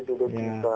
ya